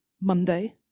Monday